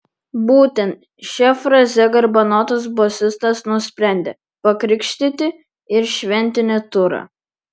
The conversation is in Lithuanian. būtent šia fraze garbanotas bosistas nusprendė pakrikštyti ir šventinį turą